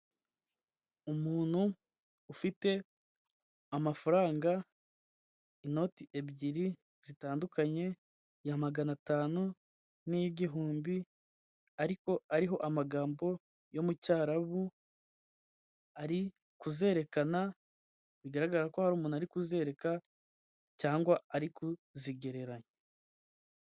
Umuntu ufite amafaranga inoti ebyiri zitandukanye, iya magana atanu n'iy'igihumbi ariko ariho amagambo yo mu cyarabu, ari kuzerekana bigaragara ko hari umuntu ari kuzereka cyangwa ari kuzigereranya.